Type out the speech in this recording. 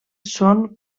són